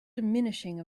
diminishing